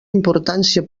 importància